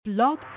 blog